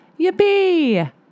Yippee